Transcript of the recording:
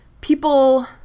people